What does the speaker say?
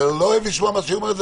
אתה לא אוהב לשמוע מה שהיא אומרת?